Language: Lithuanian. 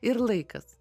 ir laikas